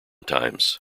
times